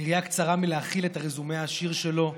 היריעה קצרה מלהכיל את הרזומה העשיר שלו.